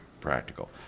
practical